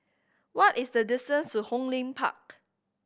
what is the distance to Hong Lim Park